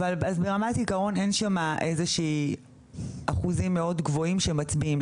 אז ברמת העיקרון אין שם אחוזים מאוד גבוהים שמצביעים.